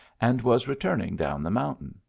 and was returning down the mountain.